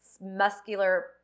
muscular